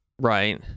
Right